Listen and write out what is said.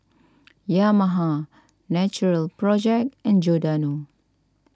Yamaha Natural Project and Giordano